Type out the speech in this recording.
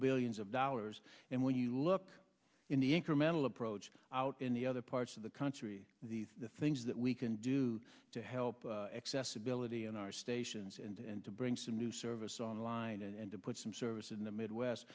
billions of dollars and when you look in the incremental approach out in the other parts of the country the things that we can do to help accessibility in our stations and to bring some new service online and to put some service in the midwest